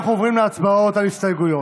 אנחנו עוברים להצבעות על הסתייגויות.